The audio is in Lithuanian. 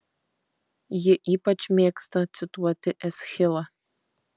ji ypač mėgsta cituoti eschilą